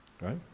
right